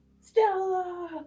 stella